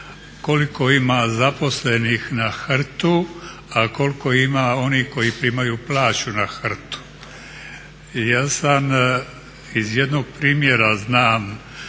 koliko ima zaposlenih na HRT-u, a koliko ima onih koji primaju plaću na HRT-u. Ja iz jednog primjera znam